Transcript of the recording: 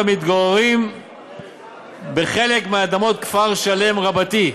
המתגוררים בחלק מאדמות כפר-שלם רבתי.